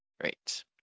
Great